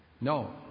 No